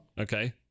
Okay